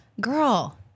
Girl